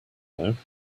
though